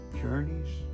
journeys